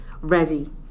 ready